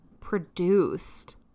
produced